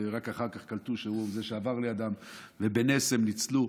ורק אחר כך קלטו שהוא זה שעבר לידם ובנס הם ניצלו.